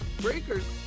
breakers